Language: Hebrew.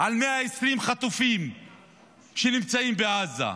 על 120 חטופים שנמצאים בעזה.